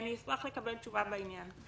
אני אשמח לקבל תשובה בעניין.